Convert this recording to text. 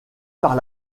par